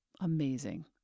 Amazing